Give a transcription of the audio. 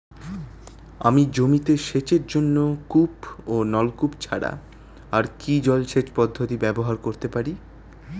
আমি জমিতে সেচের জন্য কূপ ও নলকূপ ছাড়া আর কি জলসেচ পদ্ধতি ব্যবহার করতে পারি?